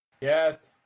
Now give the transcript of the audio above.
Yes